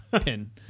pin